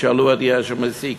תשאלו את גרשון מסיקה,